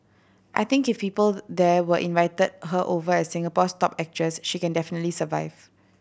I think if people there were invited her over as Singapore's top actress she can definitely survive